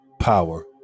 power